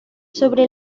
sobre